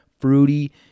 fruity